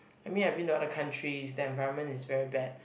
I mean I been to other countries the environment is very bad